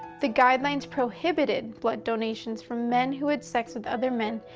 the guidelines prohibited blood donations from men who had sex with other men,